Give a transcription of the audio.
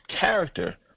character